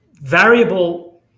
variable